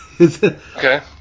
Okay